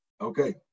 Okay